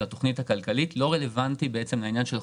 התכנית הכלכלית לא רלוונטי לעניין של החובות.